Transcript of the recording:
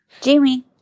Jamie